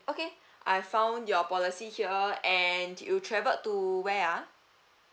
okay I've found your policy here and you travelled to where ah